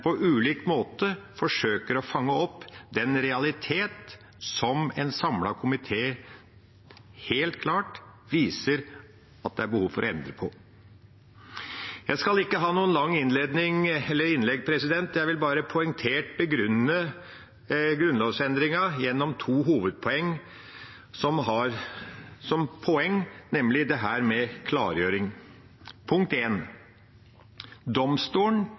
på ulike måter forsøker å fange opp den realitet som en samlet komité helt klart viser at det er behov for å endre på. Jeg skal ikke ha noe langt innlegg, jeg vil bare poengtert begrunne grunnlovsendringen gjennom to hovedpoeng som nemlig har som poeng dette med klargjøring. Punkt én: Domstolen,